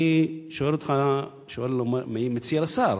אני שואל אותך: שואל מציע לשר